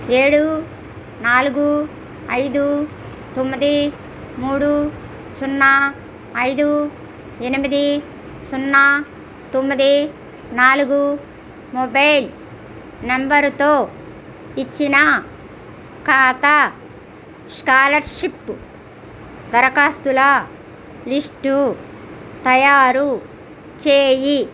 ఏడు నాలుగు ఐదు తొమ్మిది మూడు సున్నా ఐదు ఎనిమిది సున్నా తొమ్మిది నాలుగు మొబైల్ నంబరుతో ఇచ్చిన ఖాతా స్కాలర్షిప్ దరఖాస్తుల లిస్టు తయారు చేయి